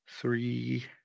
three